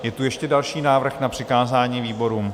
Je tu ještě další návrh na přikázání výborům?